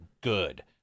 good